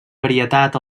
varietat